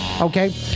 okay